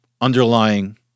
underlying